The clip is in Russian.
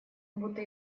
будто